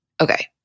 Okay